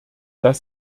das